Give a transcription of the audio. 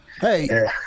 Hey